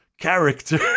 character